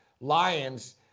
Lions